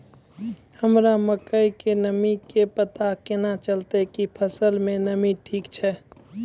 हमरा मकई के नमी के पता केना चलतै कि फसल मे नमी ठीक छै?